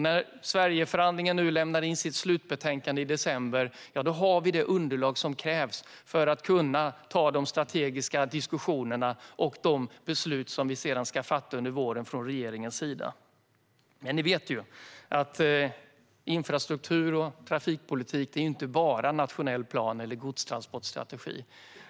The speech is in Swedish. När Sverigeförhandlingen lämnar in sitt slutbetänkande nu i december har vi det underlag som krävs för att kunna ta de strategiska diskussionerna och de beslut som vi i regeringen sedan ska fatta under våren. Ni vet att infrastruktur och trafikpolitik inte bara är nationell plan eller godstransportstrategi.